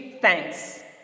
thanks